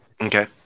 okay